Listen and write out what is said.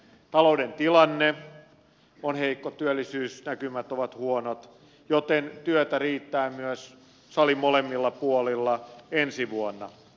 talouden tilanne on heikko työllisyysnäkymät ovat huonot joten työtä riittää myös salin molemmilla puolilla ensi vuonna